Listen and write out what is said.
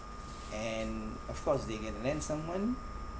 and of course they going to lend someone